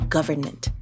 Government